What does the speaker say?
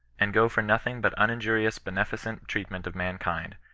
and go for nothing but uninjurious beneficent treatment of mankind,